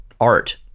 art